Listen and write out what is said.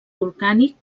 volcànic